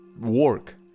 work